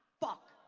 fuck.